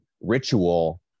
ritual